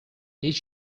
did